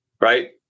right